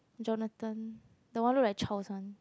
Jonathan the one look like Charles one